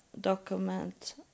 document